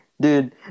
dude